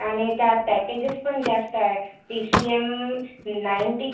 आणि त्यात पॅकेजेस पण जास्त आहे पी सी एम नाईनटी